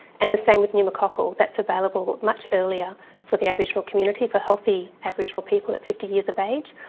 and the same with pneumococcal that's available much earlier for the aboriginal community, for healthy aboriginal people at fifty years of age,